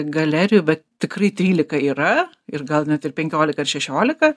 galerijų bet tikrai trylika yra ir gal net ir penkiolika ar šešiolika